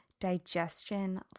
digestion